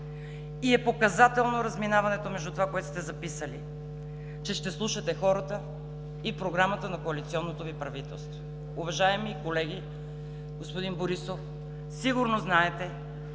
И е показателно разминаването между това, което сте записали, че ще слушате хората и програмата на коалиционното Ви правителство. Уважаеми колеги, господин Борисов! Сигурно знаете,